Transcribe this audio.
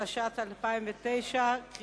(המשך שידורי חדשות מקומיות בטלוויזיה) (תיקוני חקיקה)